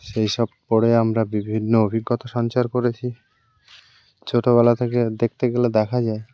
সেই সব পড়ে আমরা বিভিন্ন অভিজ্ঞতা সঞ্চার করেছি ছোটবেলা থেকে দেখতে গেলে দেখা যায়